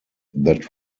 that